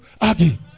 Aggie